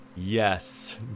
Yes